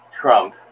Trump